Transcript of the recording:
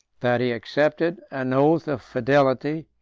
that he accepted an oath of fidelity,